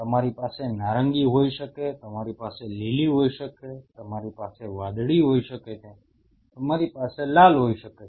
તમારી પાસે નારંગી હોઈ શકે છે તમારી પાસે લીલી હોઈ શકે છે તમારી પાસે વાદળી હોઈ શકે છે તમારી પાસે લાલ હોઈ શકે છે